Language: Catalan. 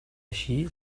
així